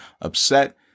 upset